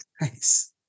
Nice